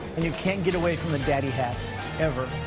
and you can't get away from the daddy hat ever.